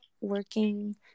working